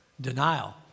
Denial